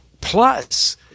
plus